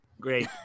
great